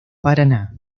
paraná